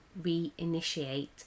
reinitiate